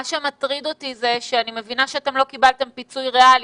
מה שמטריד אותי זה שאני מבינה שאתם לא קיבלתם פיצוי ריאלי.